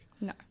No